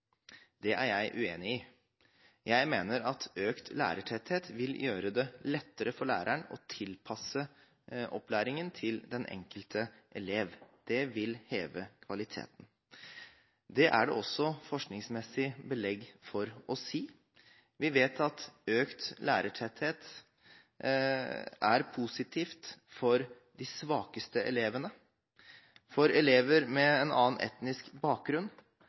Det er jeg uenig i. Jeg mener at økt lærertetthet vil gjøre det lettere for læreren å tilpasse opplæringen til den enkelte elev. Det vil heve kvaliteten. Det er det også forskningsmessig belegg for å si. Vi vet at økt lærertetthet er positivt for de svakeste elevene, for elever med en annen etnisk bakgrunn